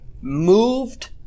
moved